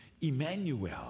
Emmanuel